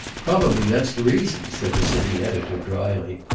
probably that's the reason, said the city editor, drily.